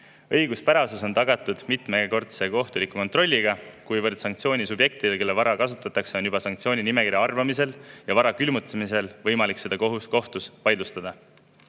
Õiguspärasus on tagatud mitmekordse kohtuliku kontrolliga, kuivõrd sanktsiooni subjektidel, kelle vara kasutatakse, on olnud juba sanktsioonide nimekirja arvamisel ja vara külmutamisel võimalik seda kohtus vaidlustada.